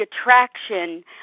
attraction